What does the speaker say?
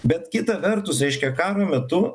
bet kita vertus reiškia kamo metu